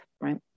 Right